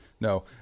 No